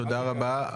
תודה רבה,